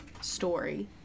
story